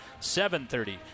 7.30